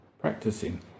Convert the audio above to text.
practicing